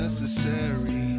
Necessary